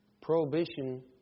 Prohibition